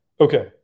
Okay